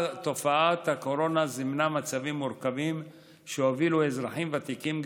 תופעת הקורונה זימנה מצבים מורכבים שהובילו אזרחים ותיקים,